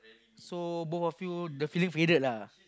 so both of you the feeling faded lah